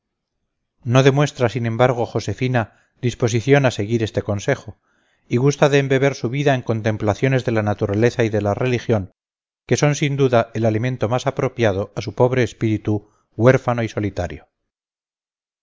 no demuestra sin embargo josefina disposición a seguir este consejo y gusta de embeber su vida en contemplaciones de la naturaleza y de la religión que son sin duda el alimento más apropiado a su pobre espíritu huérfano y solitario